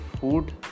food